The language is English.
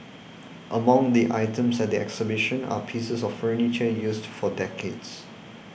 among the items at the exhibition are pieces of furniture used for decades